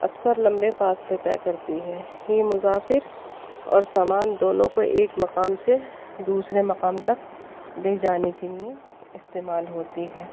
اکثر لمبے فاصلے طے کرتی ہے وہ مسافر اور سامان دونوں کو ایک مقام سے دوسرے مقام تک لے جانے کے لیے استعمال ہوتی ہے